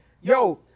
yo